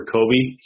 Kobe